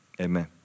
Amen